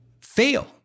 Fail